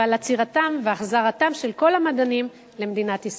ועל עצירתם והחזרתם של כל המדענים למדינת ישראל.